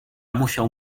musiał